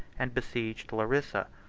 and besieged larissa,